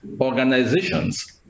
organizations